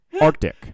Arctic